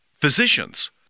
physicians